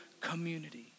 community